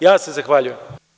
Ja se zahvaljujem.